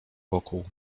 wokół